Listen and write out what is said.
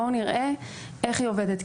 בואו נראה איך היא עובדת.